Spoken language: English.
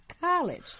college